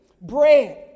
bread